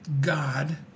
God